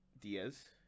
Diaz